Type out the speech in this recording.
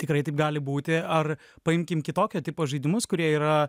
tikrai taip gali būti ar paimkim kitokio tipo žaidimus kurie yra